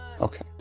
Okay